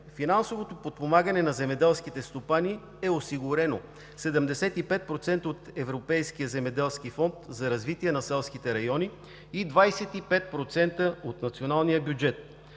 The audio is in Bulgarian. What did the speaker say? Финансовото подпомагане на земеделските стопани е осигурено – 75% от Европейския земеделски фонд за развитие на селските райони и 25% от националния бюджет.